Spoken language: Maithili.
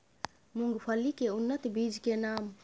मूंगफली के उन्नत बीज के नाम?